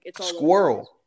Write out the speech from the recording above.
Squirrel